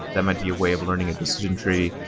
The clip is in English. that might be a way of learning a decision tree,